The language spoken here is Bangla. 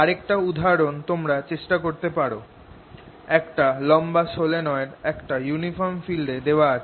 আরেকটা উদাহরণ তোমরা চেষ্টা করতে পারো একটা লম্বা সলিনয়েড একটা ইউনিফর্ম ফিল্ড এ দেওয়া আছে